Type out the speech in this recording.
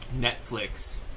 Netflix